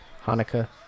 Hanukkah